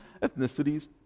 ethnicities